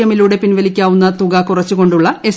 M ലൂടെ പിൻവലിക്കാവുന്ന തുക കുറച്ചുകൊണ്ടുള്ള എസ്